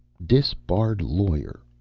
disbarred lawyer.